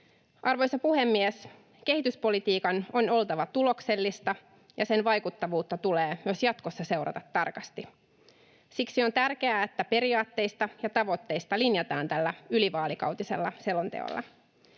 Arvoisa puhemies! Kehityspolitiikan on oltava tuloksellista, ja sen vaikuttavuutta tulee myös jatkossa seurata tarkasti. Siksi on tärkeää, että periaatteista ja tavoitteista linjataan tällä ylivaalikautisella selonteolla.